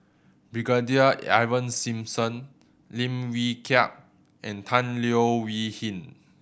Brigadier Ivan Simson Lim Wee Kiak and Tan Leo Wee Hin